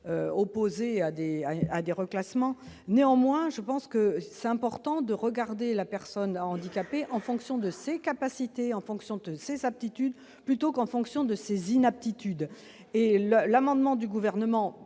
opposé à des à des reclassements, néanmoins, je pense que c'est important de regarder la personne handicapée en fonction de ses capacités en fonction de 6 aptitudes plutôt qu'en fonction de ses inaptitude et l'amendement du gouvernement